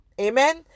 amen